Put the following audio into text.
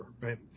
right